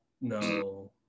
no